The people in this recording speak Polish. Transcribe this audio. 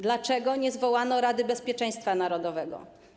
Dlaczego nie zwołano Rady Bezpieczeństwa Narodowego?